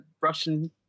Russian